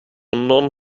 nån